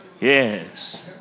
Yes